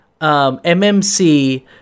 MMC